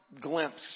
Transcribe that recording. glimpse